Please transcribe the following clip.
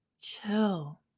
chill